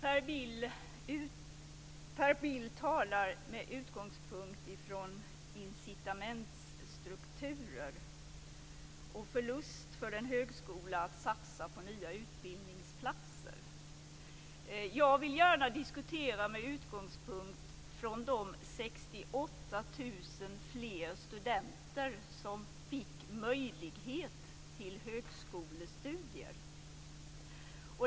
Fru talman! Per Bill talar med utgångspunkt från incitamentsstrukturer och förlust för en högskola att satsa på nya utbildningsplatser. Jag vill gärna diskutera med utgångspunkt från de 68 000 fler studenter som fick möjlighet till högskolestudier.